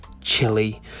chili